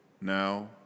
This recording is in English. now